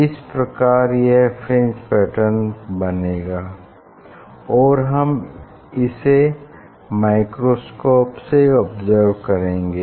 इस प्रकार यह फ्रिंज पैटर्न बनेगा और हम इसे माइक्रोस्कोप से ऑब्ज़र्व करेंगे